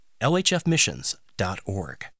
lhfmissions.org